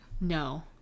No